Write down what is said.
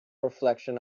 reflection